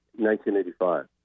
1985